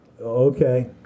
Okay